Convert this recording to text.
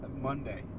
Monday